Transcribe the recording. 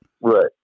Right